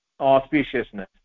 auspiciousness